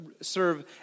serve